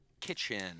kitchen